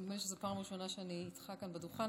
נדמה לי שזו פעם ראשונה שאני איתך כאן בדוכן,